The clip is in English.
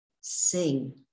sing